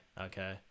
okay